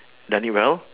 done well